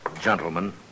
gentlemen